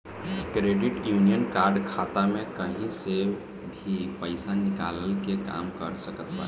credit union card खाता में कही से भी पईसा निकलला के काम कर सकत बाटे